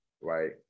Right